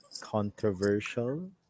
controversial